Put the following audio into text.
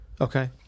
Okay